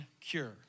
cure